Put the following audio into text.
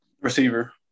Receiver